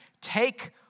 take